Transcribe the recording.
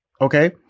Okay